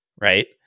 right